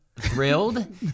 thrilled